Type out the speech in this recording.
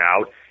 out